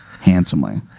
handsomely